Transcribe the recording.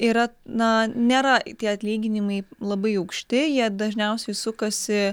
yra na nėra tie atlyginimai labai aukšti jie dažniausiai sukasi